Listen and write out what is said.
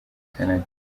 canada